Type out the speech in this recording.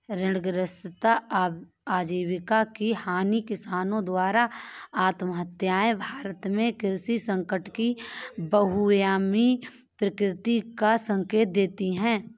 ऋणग्रस्तता आजीविका की हानि किसानों द्वारा आत्महत्याएं भारत में कृषि संकट की बहुआयामी प्रकृति का संकेत देती है